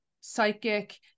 psychic